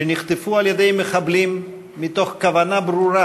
שנחטפו על-ידי מחבלים מתוך כוונה ברורה